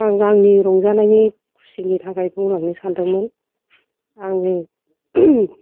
आं आंनि रंजानायनि खुसिनि थाखाय बुंलांनो सानदोंमोन आंनि